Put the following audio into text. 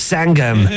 Sangam